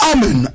Amen